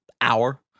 hour